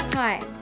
Hi